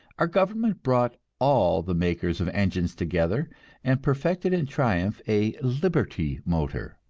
our government brought all the makers of engines together and perfected in triumph a liberty motor.